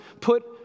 put